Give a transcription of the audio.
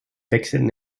wechselten